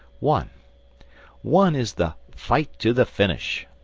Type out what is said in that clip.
one one is the fight to the finish.